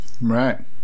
Right